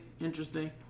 interesting